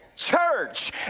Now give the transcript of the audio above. Church